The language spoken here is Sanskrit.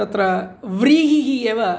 तत्र व्रीहिः एव